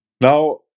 Now